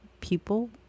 people